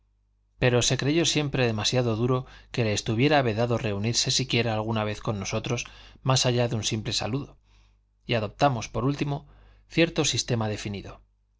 pero se creyó siempre demasiado duro que le estuviera vedado reunirse siquiera alguna vez con nosotros más allá de un simple saludo y adoptamos por último cierto sistema definido